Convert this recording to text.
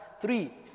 Three